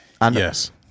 Yes